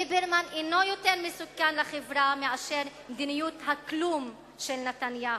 ליברמן אינו יותר מסוכן לחברה מאשר מדיניות הכלום של נתניהו.